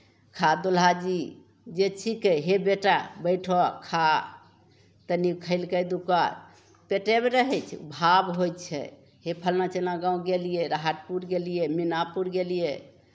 खा दुलहा जी जे छिकै हे बेटा बैठह खा तनि खेलकै दू कओर पेटेमे रहै छै भाव होइ छै हे फल्लाँ चिल्लाँ गाँव गेलियै राहतपुर गेलियै मीनापुर गेलियै